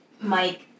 Mike